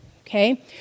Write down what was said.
okay